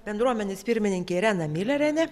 bendruomenės pirmininkė irena milerienė